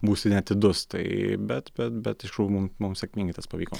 būsi neatidus tai bet bet bet iš tikrųjų mum mums sėkmingai tas pavyko